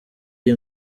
iyi